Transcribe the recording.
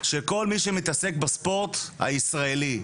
של כל מי שמתעסק בספורט הישראלי.